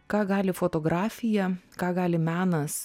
ką gali fotografija ką gali menas